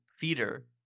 theater